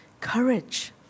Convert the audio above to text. courage